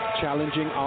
challenging